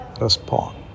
respond